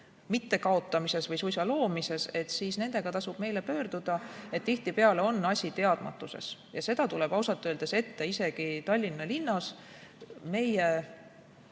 mittekaotamises või suisa loomises, siis nendega tasub meile pöörduda. Tihtipeale on asi teadmatuses ja seda tuleb ausalt öeldes ette isegi Tallinna linnas. Meie